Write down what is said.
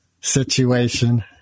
situation